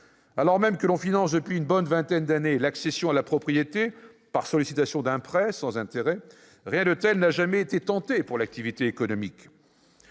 Alors même que l'on finance depuis une bonne vingtaine d'années l'accession à la propriété, par sollicitation d'un prêt sans intérêt, rien de tel n'a jamais été tenté pour l'activité économique.